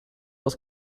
else